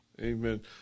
Amen